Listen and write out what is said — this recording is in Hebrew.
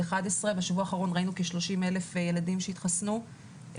11. בשבוע האחרון ראינו כ-30,000 ילדים שהתחסנו,